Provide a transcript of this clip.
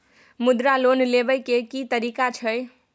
मुद्रा लोन लेबै के की तरीका छै?